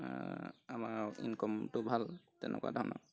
আমাৰ ইনকমটো ভাল তেনেকুৱা ধৰণৰ